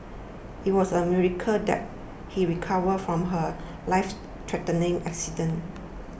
it was a miracle that he recovered from her lifethreatening accident